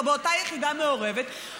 או באותה יחידה מעורבת,